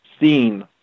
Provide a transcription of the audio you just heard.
seen